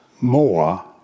more